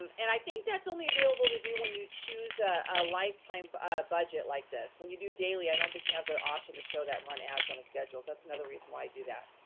um and i think that's only available to do when you choose a lifetime budget like this. when you do daily, i don't think you have that option to show that run ads on a schedule, so that's another reason why i do that.